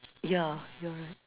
yeah you are right